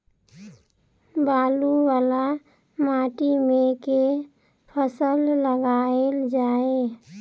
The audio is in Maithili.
बालू वला माटि मे केँ फसल लगाएल जाए?